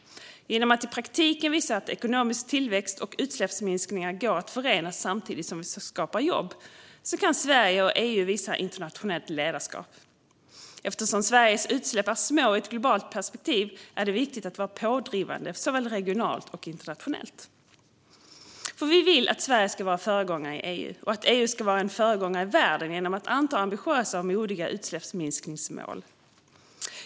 Genom att i praktiken visa att ekonomisk tillväxt och utsläppsminskningar går att förena samtidigt som vi skapar jobb kan Sverige och EU visa internationellt ledarskap. Eftersom Sveriges utsläpp är små i ett globalt perspektiv är det viktigt att vara pådrivande såväl regionalt som internationellt. Vi vill att Sverige ska vara en föregångare i EU och att EU ska vara en föregångare i världen genom att anta ambitiösa och modiga utsläppsminskningsmål.